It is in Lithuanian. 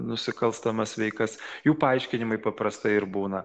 nusikalstamas veikas jų paaiškinimai paprastai ir būna